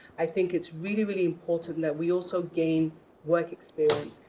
i think it's really, really important that we also gain work experience.